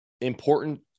important